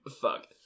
Fuck